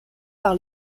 par